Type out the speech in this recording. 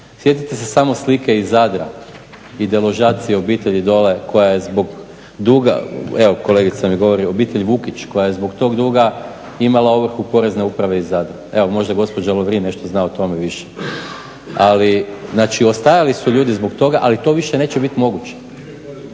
Sjetite se samo slike iz Zadra i deložacije obitelji dole koja je zbog duga, evo kolegica mi govori, obitelj Vukić koja je zbog toga duga imala ovrhu porezne uprave iz Zadra. Evo, možda gospođa Lovrin nešto zna o tome više. Ali, znači ostajali su ljudi zbog toga, ali to više neće biti moguće.